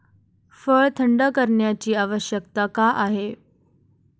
फळ थंड करण्याची आवश्यकता का आहे?